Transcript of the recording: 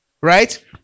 right